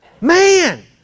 Man